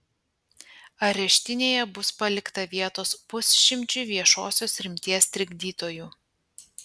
areštinėje bus palikta vietos pusšimčiui viešosios rimties trikdytojų